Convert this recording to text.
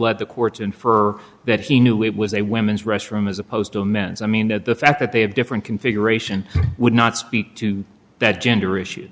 led the courts infer that he knew it was a women's restroom as opposed to a men's i mean that the fact that they have different configuration would not speak to that gender issue